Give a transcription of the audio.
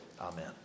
Amen